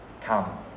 come